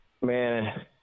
Man